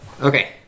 Okay